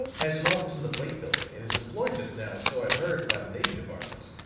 has an office in the blake building, and is employed just now, so i've heard, by the navy department.